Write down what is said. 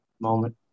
Moment